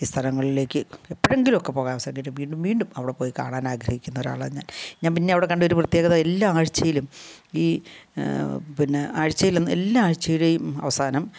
ഈ സ്ഥലങ്ങളിലേക്ക് എപ്പോഴങ്കിലുമൊക്കെ പോകാൻ അവസരം കിട്ടിയാൽ വീണ്ടും വീണ്ടും അവിടെ പോയി കാണാൻ ആഗ്രഹിക്കുന്ന ഒരാളാണ് ഞാൻ ഞാൻ പിന്നെ അവിടെ കണ്ട ഒരു പ്രത്യേകത എല്ലാ ആഴ്ചയിലും ഈ പിന്നെ ആഴ്ചയിലും എല്ലാ ആഴ്ചയിലേയും അവസാനം